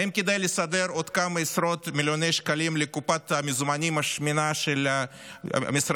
האם כדי לסדר עוד כמה עשרות מיליונים לקופת המזומנים השמנה של משרד